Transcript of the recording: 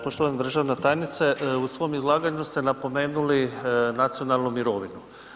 Poštovana državna tajnice, u svom izlaganju ste napomenuli nacionalnu mirovinu.